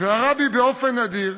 והרבי, באופן נדיר,